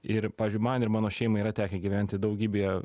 ir pavyzdžiui man ir mano šeimai yra tekę gyventi daugybėje